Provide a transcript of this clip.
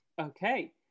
Okay